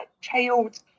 child